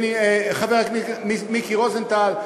וחבר הכנסת מיקי רוזנטל,